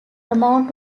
amount